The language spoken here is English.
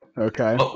okay